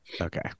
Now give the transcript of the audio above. Okay